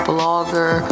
Blogger